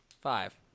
Five